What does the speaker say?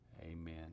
Amen